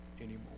anymore